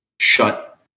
shut